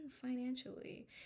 financially